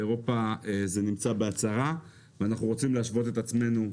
באירופה זה נמצא בהצהרה ואנחנו רוצים להשוות את עצמנו לאירופה,